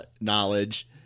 knowledge